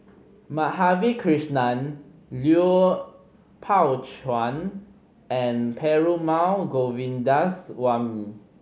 Madhavi Krishnan Lui Pao Chuen and Perumal Govindaswamy